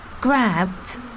grabbed